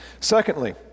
Secondly